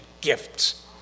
gifts